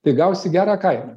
tai gausi gerą kainą